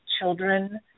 children